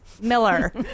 miller